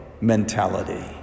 mentality